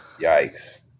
yikes